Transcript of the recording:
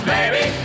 Baby